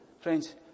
Friends